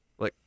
-like